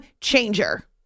changer